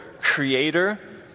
creator